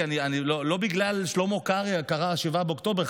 כי לא בגלל שלמה קרעי קרה 7 באוקטובר,